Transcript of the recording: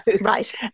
Right